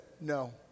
no